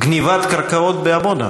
גנבת קרקעות בעמונה.